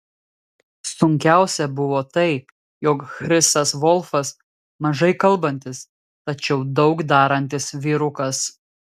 sunkiausia buvo tai jog chrisas volfas mažai kalbantis tačiau daug darantis vyrukas